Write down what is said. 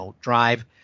drive